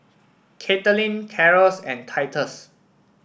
Katelin Caro and Titus